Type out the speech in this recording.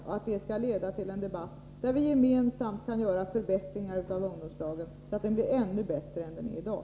Det kommer, hoppas jag, att leda till att vi gemensamt kan göra förbättringar av ungdomslagen, så att den blir ännu bättre än den är i dag.